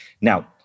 Now